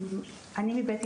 אני מבית ..